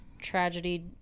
tragedy